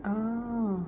oh